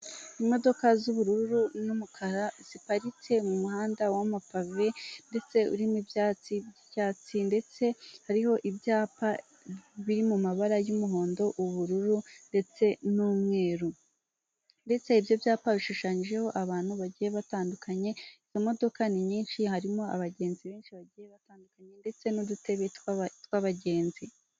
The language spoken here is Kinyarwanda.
Imodoka z'ubururu n'umukara ziparitse mu muhanda w'amapave ndetse urimo ibyatsi by'icyatsi ndetse hariho ibyapa biri mu mabara y'umuhondo ubururu ndetse n'umweru, ndetse ibyo byapa bishushanyijeho abantu bagiye batandukanye iyo modoka ni nyinshi harimo abagenzi benshi bagiye batandukanye ndetse n'udutebe twabagenzi.